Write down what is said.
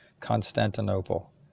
Constantinople